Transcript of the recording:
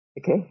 Okay